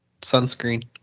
sunscreen